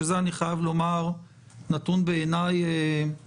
שזה נתון שהוא בעיני מטריד.